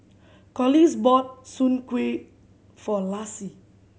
Corliss bought soon kway for Laci